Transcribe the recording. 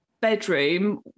Bedroom